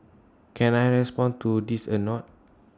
can I respond to this anot